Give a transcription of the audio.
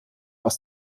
aus